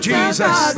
Jesus